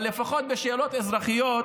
אבל לפחות בשאלות אזרחיות